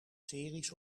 series